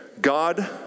God